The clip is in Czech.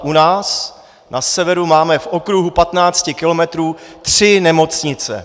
U nás na severu máme v okruhu patnácti kilometrů tři nemocnice.